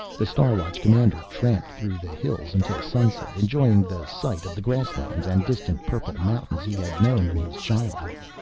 the star watch commander tramped through the hills until sunset, enjoying the sight of the grasslands and distant purple mountains he had known in his childhood.